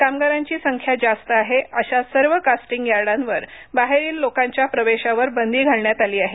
कामगारांची संख्या जास्त आहे अशा सर्व कास्टिंग यार्डांवर बाहेरील लोकांच्या प्रवेशावर बंदी घालण्यात आली आहे